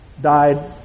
died